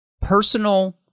personal